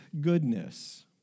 goodness